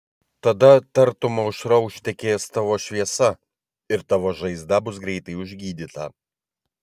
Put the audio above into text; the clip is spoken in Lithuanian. tada tartum aušra užtekės tavo šviesa ir tavo žaizda bus greitai užgydyta